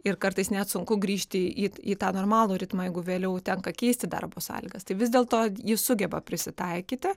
ir kartais net sunku grįžti į į tą normalų ritmą jeigu vėliau tenka keisti darbo sąlygas tai vis dėl to ji sugeba prisitaikyti